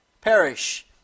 perish